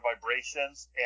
vibrations